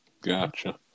gotcha